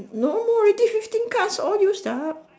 no more already fifteen cards all used up